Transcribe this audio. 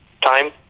time